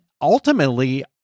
ultimately